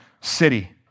city